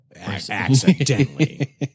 Accidentally